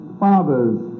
father's